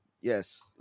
Yes